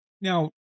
Now